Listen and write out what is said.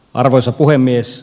arvoisa puhemies